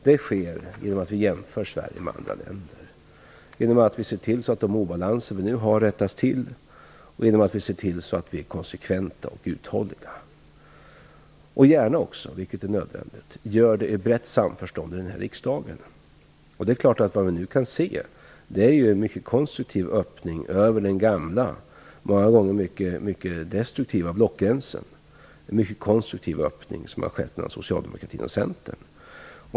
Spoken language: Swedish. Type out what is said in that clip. Det sker genom att vi jämför Sverige med andra länder, genom att vi ser till så att de obalanser vi nu har rättas till och genom att vi ser till så att vi är konsekventa och uthålliga. Det är nödvändigt att vi gör det i brett samförstånd i riksdagen. Vad vi nu kan se är en mycket konstruktiv öppning över den gamla många gånger mycket destruktiva blockgränsen. Det är en mycket konstruktiv öppning som har skett mellan socialdemokratin och Centern.